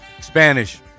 Spanish